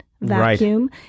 Vacuum